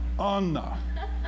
Anna